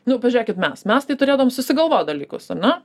nu pažiūrėkit mes mes tai turėdavom susigalvot dalykus ar ne